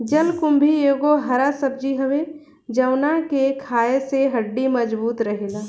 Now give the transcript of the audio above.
जलकुम्भी एगो हरा सब्जी हवे जवना के खाए से हड्डी मबजूत रहेला